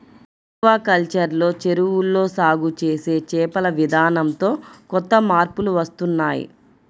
aquaculture లో చెరువుల్లో సాగు చేసే చేపల విధానంతో కొత్త మార్పులు వస్తున్నాయ్